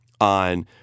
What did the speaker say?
On